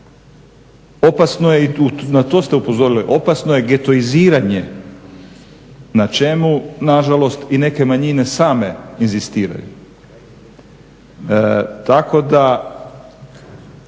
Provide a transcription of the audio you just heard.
I na to ste upozorili, opasno je i getoiziranje na čemu nažalost i neke manjine same inzistiraju. Tako da